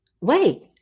wait